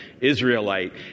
Israelite